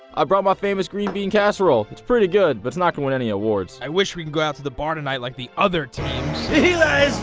i brought my famous green bean casserole it's pretty good, but it's not gonna win any awards i wish we could go out to the bar tonight like the other teams eli,